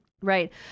Right